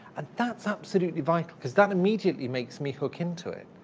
and that's absolutely vital, because that immediately makes me hook into it.